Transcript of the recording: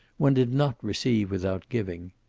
one did not receive without giving.